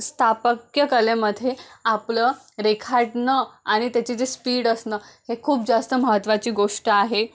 स्थापत्य कलेमध्ये आपलं रेखाटन आणि त्याचे जे स्पीड असणं हे खूप जास्त महत्त्वाची गोष्ट आहे